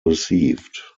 received